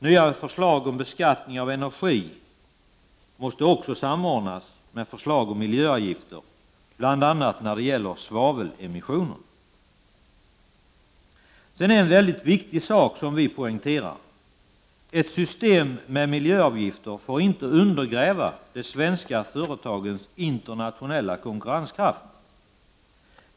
Nya förslag till beskattning av energi måste också samordnas med förslag om miljöavgifter, bl.a. när det gäller svavelemissioner. Det är ytterligare en viktig sak som vi har poängterat: ett system med miljöavgifter får inte undergräva de svenska företagens internationella konkurrenskraft.